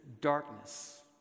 darkness